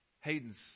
Hayden's